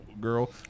girl